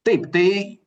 taip tai